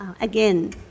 again